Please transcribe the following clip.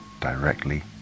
directly